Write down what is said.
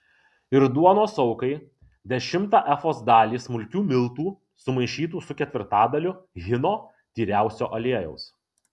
ir duonos aukai dešimtą efos dalį smulkių miltų sumaišytų su ketvirtadaliu hino tyriausio aliejaus